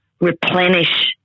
replenish